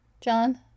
John